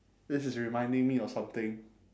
this is reminding me of something